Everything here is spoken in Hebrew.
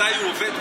בוחר מתי הוא עובד.